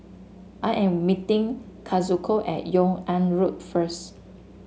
I am meeting Kazuko at Yung An Road first